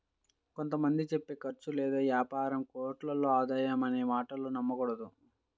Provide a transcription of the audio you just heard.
కొంత మంది చెప్పే ఖర్చు లేని యాపారం కోట్లలో ఆదాయం అనే మాటలు నమ్మకూడదు